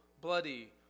bloody